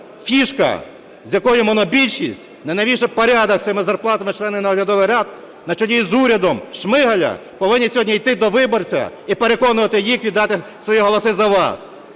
фішка, з якою монобільшість, не навівши порядок з зарплатами членів наглядових рад, на чолі із урядом Шмигаля повинні сьогодні йти до виборців і переконувати їх віддати свої голоси за вас.